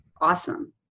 awesome